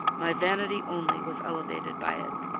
my vanity only was elevated by it.